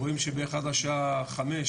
רואים שבערך עד לשעה 17:00,